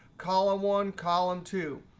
column one, column two,